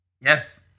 Yes